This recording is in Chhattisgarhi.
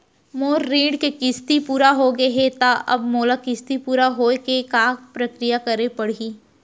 मोर ऋण के किस्ती पूरा होगे हे ता अब मोला किस्ती पूरा होए के का प्रक्रिया करे पड़ही?